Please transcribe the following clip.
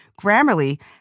Grammarly